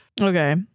Okay